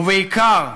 ובעיקר,